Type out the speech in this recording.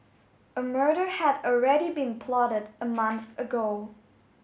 a murder had already been plotted a month ago